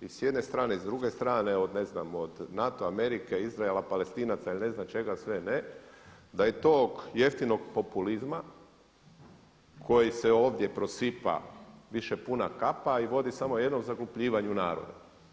i s jedne strane i s druge strane ne znam od NATO, Amerike, Izraela, Palestinaca ne znam čega sve ne, da je tog jeftinog populizma koji se ovdje prosipa više puna kapa i vodi samo jednom, zaglupljivanju naroda.